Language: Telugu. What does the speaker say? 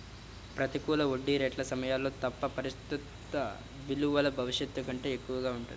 ప్రతికూల వడ్డీ రేట్ల సమయాల్లో తప్ప, ప్రస్తుత విలువ భవిష్యత్తు కంటే ఎక్కువగా ఉంటుంది